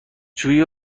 جویی